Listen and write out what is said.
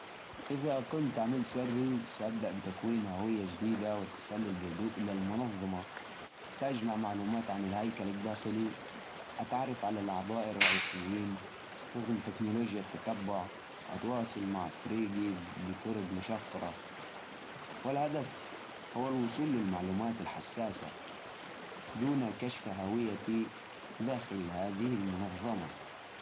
أول شي، أبدأ أراقب من بعيد. أجمع معلومات عنهم وأتعرف على نقاط ضعفهم. بعدها بتسلل بينهم بطريقة ذكية. بتقرب من الناس المهمين وأكسب ثقتهم خطوة خطوة. أكتشف أسرارهم بدون ما يشكوا فيني. وفي الوقت المناسب، أضيح فيهم بدون ما يدروا.